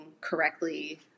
correctly